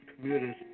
commuters